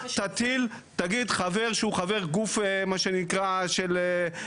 תטיל, תגיד חבר שהוא חבר גוף מה שנקרא מרכז.